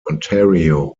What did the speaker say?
ontario